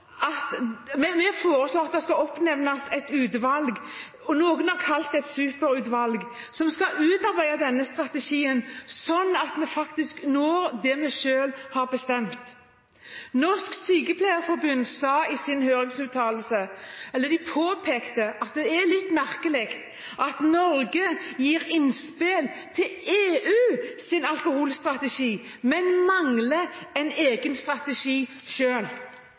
sektorer. Vi foreslår at det skal oppnevnes et utvalg – noen har kalt det et superutvalg – som skal utarbeide denne strategien, sånn at vi faktisk når det vi selv har bestemt. Norsk Sykepleierforbund påpekte i sin høringsuttalelse at det er litt merkelig at Norge gir innspill til EUs alkoholstrategi, men mangler en egen strategi